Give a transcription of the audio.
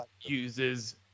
uses